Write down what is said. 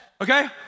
okay